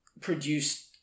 produced